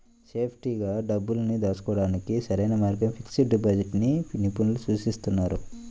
సేఫ్టీగా డబ్బుల్ని దాచుకోడానికి సరైన మార్గంగా ఫిక్స్డ్ డిపాజిట్ ని నిపుణులు సూచిస్తున్నారు